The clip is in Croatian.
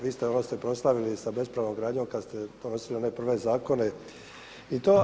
Vi ste … sa bespravnom gradnjom kada ste donosili one prve zakone i to.